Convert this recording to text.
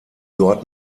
dort